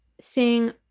seeing